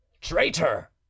Traitor